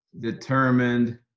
determined